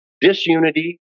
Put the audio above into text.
disunity